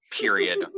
period